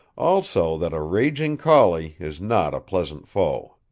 also that a raging collie is not a pleasant foe.